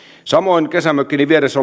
samoin kesämökkini vieressä